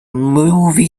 movie